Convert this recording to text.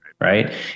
right